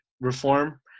reform